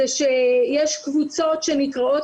זה שיש קבוצות שנקראות